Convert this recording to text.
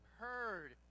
heard